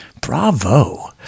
bravo